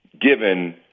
given